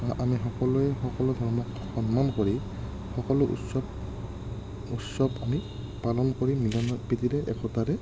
আমি সকলোৱে সকলো ধৰ্মক সন্মান কৰি সকলো উৎসৱ উৎসৱ আমি পালন কৰি মিলা প্ৰীতিৰে একতাৰে